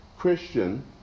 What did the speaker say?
Christian